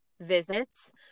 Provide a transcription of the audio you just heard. visits